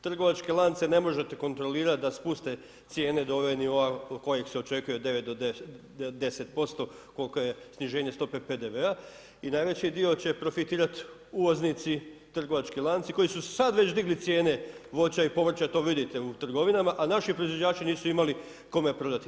Trgovačke lance ne možete kontrolirat da spuste cijene do nivoa kojeg se očekuje, od 9 do 10% koliko je sniženje stope PDV-a i najveći dio će profitirat uvoznici, trgovački lanci koji su sad već digli cijene voća i povrća, to vidite u trgovinama, a naši proizvođači nisu imali kome prodati.